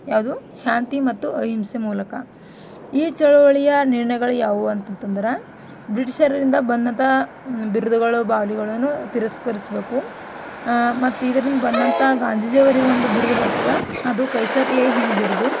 ಯಾವುದು ಶಾಂತಿ ಮತ್ತು ಅಹಿಂಸೆ ಮೂಲಕ ಈ ಚಳುವಳಿಯ ನಿರ್ಣಯಗಳು ಯಾವುವು ಅಂತಂತಂದ್ರೆ ಬ್ರಿಟಿಷರಿಂದ ಬಂದಂತಹ ಬಿರುದುಗಳು ಬಾವಲಿಗಳನ್ನು ತಿರಸ್ಕರಿಸಬೇಕು ಮತ್ತು ಇದರಿಂದ ಬಂದಂಥ ಗಾಂಧೀಜಿಯವರಿಗೊಂದು ಬಿರುದು ಬರ್ತದೆ ಅದು ಕೈಸರ್ ಎ ಹಿಂದ್ ಬಿರುದು